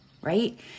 right